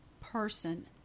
person